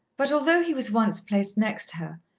but although he was once placed next her,